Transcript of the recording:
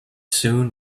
soon